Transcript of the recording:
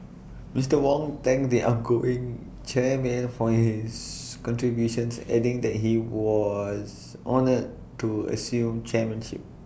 Mister Wong thanked the outgoing chairman for his contributions adding that he was honoured to assume chairmanship